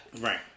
Right